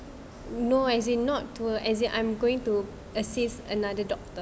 no as in not tua as it I'm going to assist another doctor